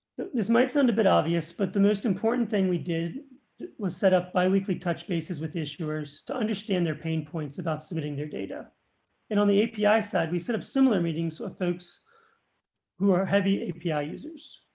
this might sound a bit obvious, but the most important thing we did was set up by weekly touch bases with issuers to understand their pain points about submitting their data. nate mudd and on the api side we set up similar meeting so folks who are heavy api ah users.